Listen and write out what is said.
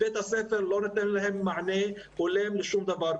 בית הספר לא נותן להם מענה הולם לשום דבר,